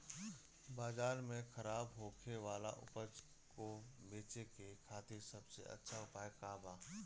बाजार में खराब होखे वाला उपज को बेचे के खातिर सबसे अच्छा उपाय का बा?